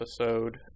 episode